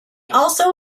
also